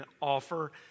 offer